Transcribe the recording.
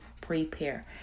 prepare